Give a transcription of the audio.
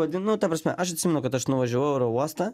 vadinu ta prasme aš atsimenu kad aš nuvažiavau į oro uostą